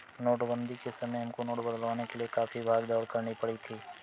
नोटबंदी के समय हमको नोट बदलवाने के लिए काफी भाग दौड़ करनी पड़ी थी